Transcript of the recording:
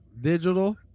Digital